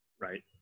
Right